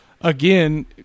again